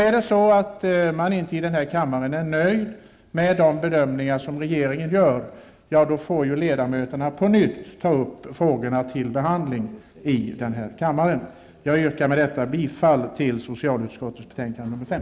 Är man i denna kammare sedan inte nöjd med de bedömningar regeringen gör, får ledamöterna på nytt ta upp frågorna till behandling. Jag yrkar med detta bifall till hemställan i socialutskottets betänkande nr 5.